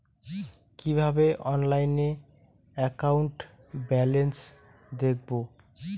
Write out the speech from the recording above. কিভাবে অনলাইনে account balance দেখবো?